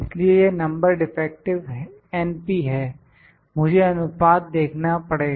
इसलिए यह number defective है मुझे अनुपात देखना पड़ेगा